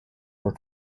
were